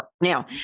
Now